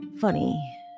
Funny